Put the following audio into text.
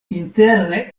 interne